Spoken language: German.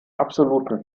absoluten